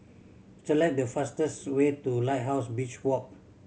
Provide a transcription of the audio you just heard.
select the fastest way to Lighthouse Beach Walk